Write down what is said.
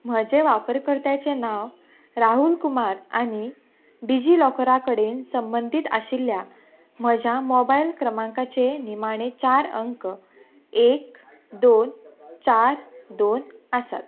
म्हजें वापरकर्त्याचें नांव राहुल कुमार आनी डिजिलॉकरा कडेन संबंदींत आशिल्ल्या म्हज्या मोबायल क्रमांकाचे निमाणे चार अंक एक दोन चार दोन आसात